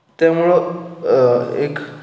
त्यामुळं एक